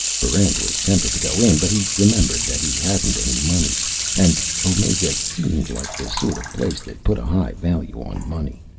barrent was tempted to go in. but he remembered that he hadn't any money and omega seemed like the sort of place that put a high value on money.